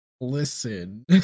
Listen